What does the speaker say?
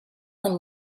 them